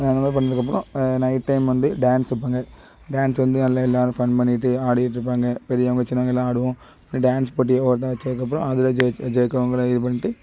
அந்த மாதிரி பண்ணதுக்கப்பறம் நைட் டைம் வந்து டான்ஸ் வைப்பாங்க டான்ஸ் வந்து நல்லா எல்லோரும் ஃபன் பண்ணிகிட்டு ஆடிட்டிருப்பாங்க பெரியவங்க சின்னவங்க எல்லாரும் ஆடுவோம் டான்ஸ் போட்டி ஓட்டம் வச்சதுக்கப்பறோம் அதில் ஜெயிச்ச ஜெயிக்கிறவுங்களை இது பண்ணிட்டு